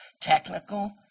technical